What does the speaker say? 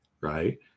right